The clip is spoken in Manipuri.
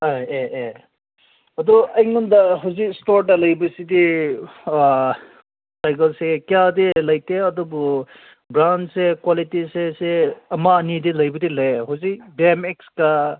ꯑꯥ ꯑꯦ ꯑꯦ ꯑꯗꯨ ꯑꯩꯉꯣꯟꯗ ꯍꯧꯖꯤꯛ ꯏꯁꯇꯣꯔꯗ ꯂꯩꯕꯁꯤꯗꯤ ꯁꯥꯏꯀꯜꯁꯦ ꯀꯌꯥꯗꯤ ꯂꯩꯇꯦ ꯑꯗꯨꯕꯨ ꯕ꯭ꯔꯥꯟꯁꯦ ꯀ꯭ꯋꯥꯂꯤꯇꯤꯁꯦ ꯁꯦ ꯑꯃ ꯑꯅꯤꯗꯤ ꯂꯩꯕꯨꯗꯤ ꯂꯩꯌꯦ ꯍꯧꯖꯤꯛ ꯕꯤ ꯑꯦꯝ ꯑꯦꯛꯁꯀ